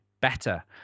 better